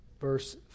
verse